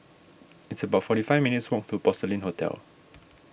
it's about forty five minutes' walk to Porcelain Hotel